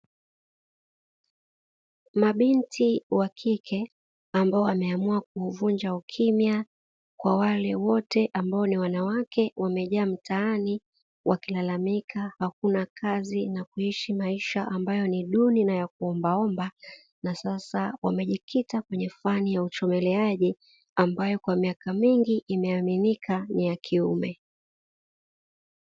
Mabinti wa kike, ambao wameamua kuuvunja ukimya kwa wale wote ambao ni wanawake, wamejaa mtaani wakilalamika hakuna kazi na kuishi maisha ambayo ni duni na ya kuombaomba, na sasa wamejikita kwenye fani ya uchomeleaji, ambayo kwa miaka mingi imeaminika ni ya kiume.